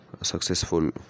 successful